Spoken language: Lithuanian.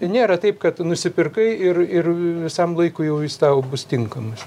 nėra taip kad nusipirkai ir ir visam laikui jau jis tau bus tinkamas